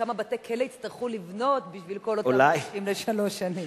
כמה בתי-כלא יצטרכו לבנות בשביל כל אותם שפוטים לשלוש שנים.